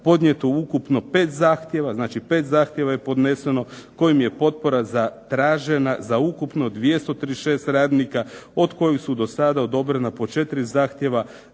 podnijeto ukupno 5 zahtjeva, znači 5 zahtjeva je podneseno kojim je potpora zatražen za ukupno 236 radnika od kojih su do sada odobrena po 4 zahtjeva